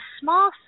small